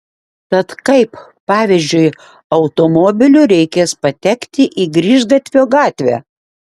tad kaip pavyzdžiui automobiliu reikės patekti į grįžgatvio gatvę